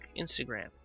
Instagram